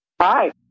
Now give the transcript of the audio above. Hi